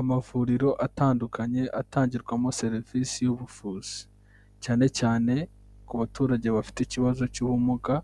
Amavuriro atandukanye atangirwamo serivisi y'ubuvuzi, cyane cyane ku baturage bafite ikibazo cy'ubumuga,